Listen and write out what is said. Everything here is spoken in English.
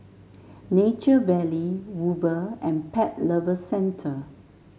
Nature Valley Uber and Pet Lovers Centre